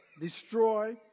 destroy